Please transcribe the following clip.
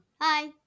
Hi